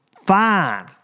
fine